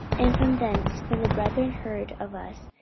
and from thence, when the brethren heard of us,